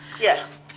yes.